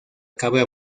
cabra